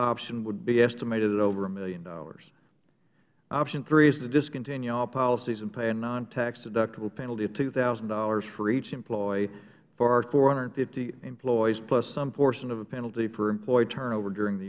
option would be estimated at over one dollar million option three is to discontinue all policies and pay a non tax deductible penalty of two thousand dollars for each employee for our four hundred and fifty employees plus some portion of a penalty for employee turnover during the